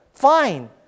Fine